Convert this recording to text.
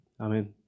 Amen